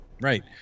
Right